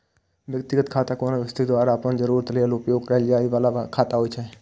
व्यक्तिगत खाता कोनो व्यक्ति द्वारा अपन जरूरत लेल उपयोग कैल जाइ बला खाता होइ छै